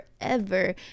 forever